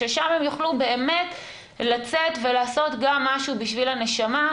ששם הם יוכלו באמת לצאת ולעשות גם משהו בשביל הנשמה,